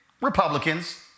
Republicans